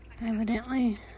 Evidently